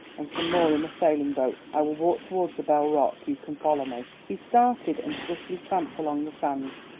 and some more in a sailing boat. i will walk towards the bell rock you can follow me. he started and swiftly tramped along the sands,